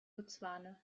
botswana